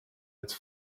its